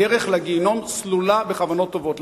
הדרך לגיהינום סלולה בכוונות טובות.